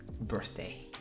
birthday